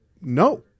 no